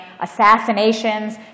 assassinations